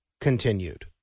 continued